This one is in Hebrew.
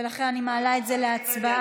ולכן אני מעלה את זה להצבעה.